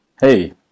hey